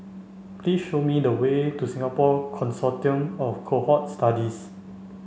please show me the way to Singapore Consortium of Cohort Studies